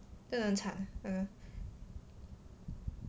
真的很惨